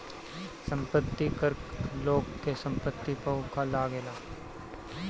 संपत्ति कर लोग के संपत्ति पअ लागेला